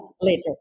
later